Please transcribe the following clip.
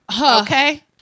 Okay